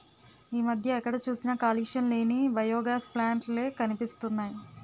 ఈ మధ్య ఎక్కడ చూసినా కాలుష్యం లేని బయోగాస్ ప్లాంట్ లే కనిపిస్తున్నాయ్